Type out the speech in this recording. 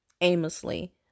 aimlessly